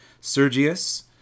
Sergius